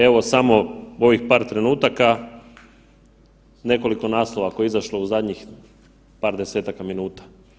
Evo samo ovih par trenutaka nekoliko naslova koje je izašlo u zadnjih par 10-taka minuta.